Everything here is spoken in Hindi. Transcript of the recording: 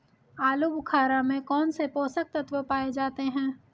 आलूबुखारा में कौन से पोषक तत्व पाए जाते हैं?